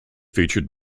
featured